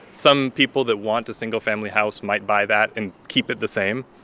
some people that want a single-family house might buy that and keep it the same.